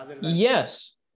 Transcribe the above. yes